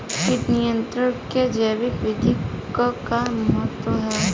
कीट नियंत्रण क जैविक विधि क का महत्व ह?